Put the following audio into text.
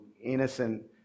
innocent